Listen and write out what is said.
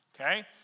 Okay